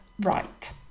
right